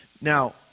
Now